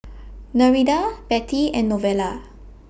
Nereida Bettie and Novella